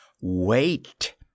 Wait